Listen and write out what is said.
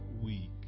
week